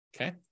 Okay